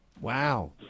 Wow